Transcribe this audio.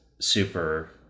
super